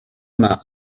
ӑна